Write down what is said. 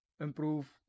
improve